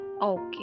Okay